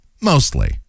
Mostly